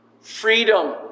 freedom